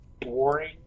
Boring